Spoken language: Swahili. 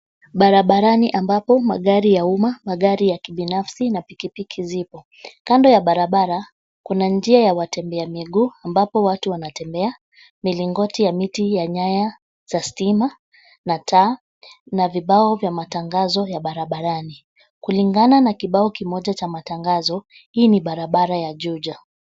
Barabarani ambapo magari ya umma, magari ya kibinafsi na pikipiki zipo. Kando ya barabara kuna njia ya watembea miguu ambapo watu wanatembea. Milingoti ya miti ya nyaya za stima na taa, na vibao vya matangazo ya barabarani. Kulingana na kibao kimoja cha matangazo hii ni barabara ya Juja.